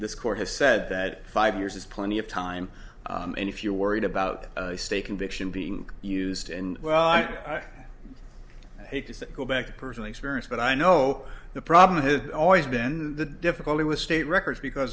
this court has said that five years is plenty of time and if you're worried about state conviction being used and well i i hate to go back to personally experience but i know the problem has always been the difficulty with state records because